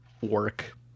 work